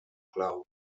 clau